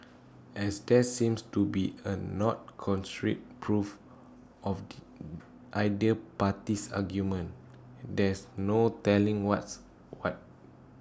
as there seems to be A not constraint proof of either party's argument there's no telling what's what